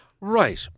Right